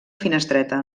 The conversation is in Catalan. finestreta